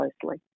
closely